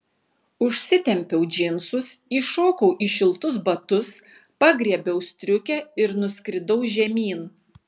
užsitempiau džinsus įšokau į šiltus batus pagriebiau striukę ir nuskridau žemyn